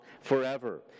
Forever